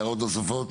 הערות נוספות?